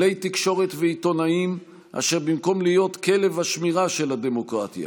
כלי תקשורת ועיתונאים אשר במקום להיות כלב השמירה של הדמוקרטיה,